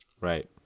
Right